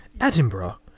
Edinburgh